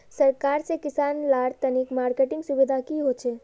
सरकार से किसान लार तने मार्केटिंग सुविधा की होचे?